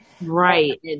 Right